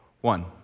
one